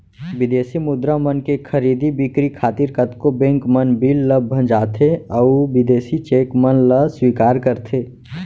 बिदेसी मुद्रा मन के खरीदी बिक्री खातिर कतको बेंक मन बिल ल भँजाथें अउ बिदेसी चेक मन ल स्वीकार करथे